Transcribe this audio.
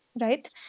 Right